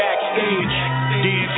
backstage